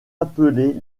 appelés